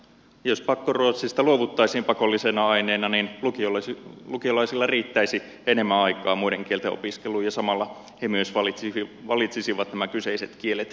jos pakkoruotsista luovuttaisiin pakollisena aineena niin lukiolaisilla riittäisi enemmän aikaa muiden kielten opiskeluun ja samalla he myös valitsisivat nämä kyseiset kielet ylioppilaskirjoituksissa